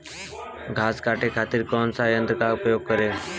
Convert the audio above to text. घास काटे खातिर कौन सा यंत्र का उपयोग करें?